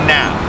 now